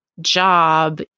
job